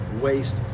waste